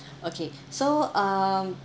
okay so um